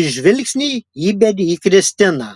ir žvilgsnį įbedė į kristiną